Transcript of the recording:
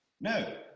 No